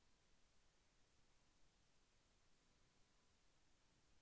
ఆధునిక వ్యవసాయ పద్ధతులు ఏమిటి?